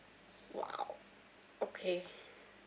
!wow! okay